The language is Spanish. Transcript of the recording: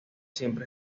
siempre